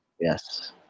Yes